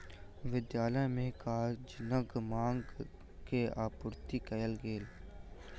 विद्यालय के कागजक मांग के आपूर्ति कयल गेल